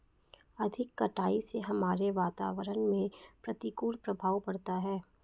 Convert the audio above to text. अधिक कटाई से हमारे वातावरण में प्रतिकूल प्रभाव पड़ता है